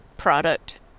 product